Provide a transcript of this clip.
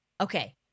Okay